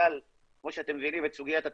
כמו שאתם מבינים את סוגיית התקציבים,